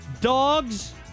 Dogs